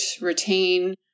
retain